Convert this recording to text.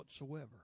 whatsoever